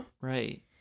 Right